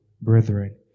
brethren